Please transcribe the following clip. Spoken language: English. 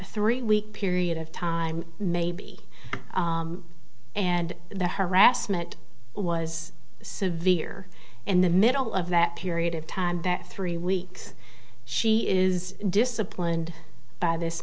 three week period of time maybe and the harassment was severe in the middle of that period of time that three weeks she is disciplined by this